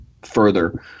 further